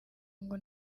ngo